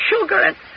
sugar